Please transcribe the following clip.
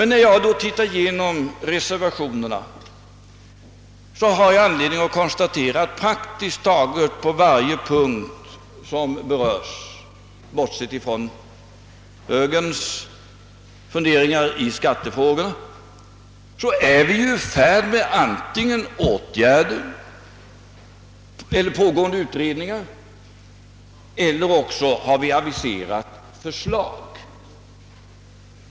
När jag har sett igenom reservationerna här har jag anledning att konstatera, att vi praktiskt taget på varje punkt, bortsett från högerns funderingar i skattefrågan, är i färd med antingen åtgärder eller pågående utredningar eller också har aviserat förslag.